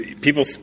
people